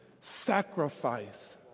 sacrifice